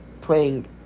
playing